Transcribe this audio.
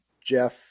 Jeff